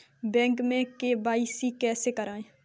Bank में KYC कैसे करायें?